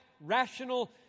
rational